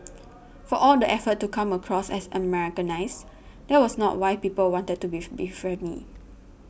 for all the effort to come across as Americanised that was not why people wanted to befriend me